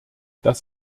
das